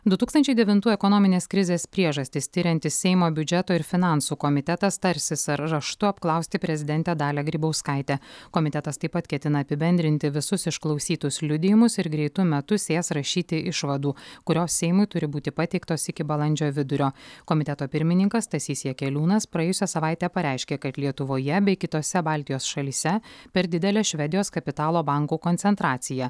du tūkstančiai devintų ekonominės krizės priežastis tiriantis seimo biudžeto ir finansų komitetas tarsis ar raštu apklausti prezidentę dalią grybauskaitę komitetas taip pat ketina apibendrinti visus išklausytus liudijimus ir greitu metu sės rašyti išvadų kurios seimui turi būti pateiktos iki balandžio vidurio komiteto pirmininkas stasys jakeliūnas praėjusią savaitę pareiškė kad lietuvoje bei kitose baltijos šalyse per didelė švedijos kapitalo bankų koncentracija